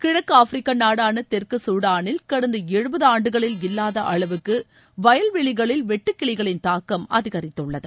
கிழக்குஆப்பிரிக்கநாடானதெற்குசூடானில் கடந்தஎழுபதுஆண்டுகளில் இல்லாதஅளவுக்குவயல்வெளிகளில் வெட்டுக்கிளிகளின் தாக்கம் அதிகரித்துள்ளது